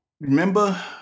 Remember